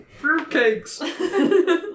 fruitcakes